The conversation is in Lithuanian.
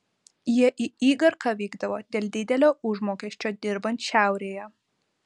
jie į igarką vykdavo dėl didelio užmokesčio dirbant šiaurėje